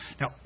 Now